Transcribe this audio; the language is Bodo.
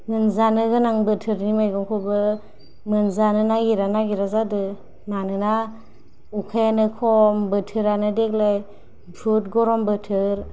मोनजानो गोनां बोथोरनि मैगं खौबो मोनजानो नागिरा नागिरा जादो मानोना अखायानो खम बोथोरानो देग्लाय बहुत गरम बोथोर